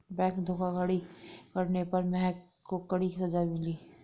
bank धोखाधड़ी करने पर महक को कड़ी सजा मिली